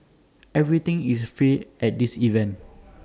everything is free at this event